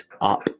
up